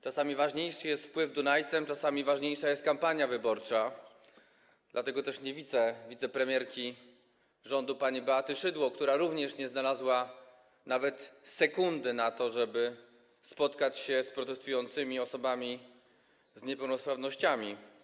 Czasami ważniejszy jest spływ Dunajcem, czasami ważniejsza jest kampania wyborcza, dlatego też nie widzę wicepremierki rządu pani Beaty Szydło, która również nie znalazła nawet sekundy na to, żeby spotkać się z protestującymi osobami z niepełnosprawnościami.